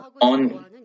on